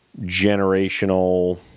Generational